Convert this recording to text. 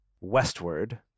westward